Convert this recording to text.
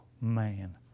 man